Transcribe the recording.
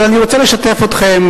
אבל אני רוצה לשתף אתכם,